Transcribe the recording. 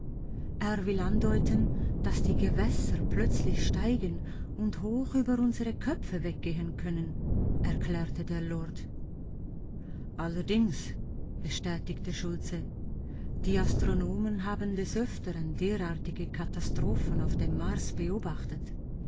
er will andeuten daß die gewässer plötzlich steigen und hoch über unsere köpfe weggehen können erklärte der lord allerdings bestätigte schultze die astronomen haben des öfteren derartige katastrophen auf dem mars beobachtet